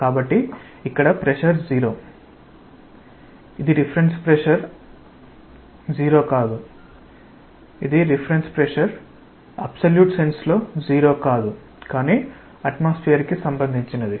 కాబట్టి ఇక్కడ ప్రెషర్ సున్నా 0 ఇది రిఫరెన్స్ ప్రెషర్ 0 కాదు ఇది రిఫరెన్స్ ప్రెజర్ అబ్సల్యూట్ సెన్స్ లో సున్న కాదు కానీ అట్మాస్ఫియర్ కి సంబంధించిది